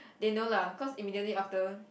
they know lah cause immediately after